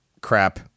crap